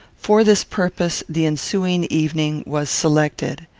for this purpose, the ensuing evening was selected.